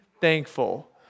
thankful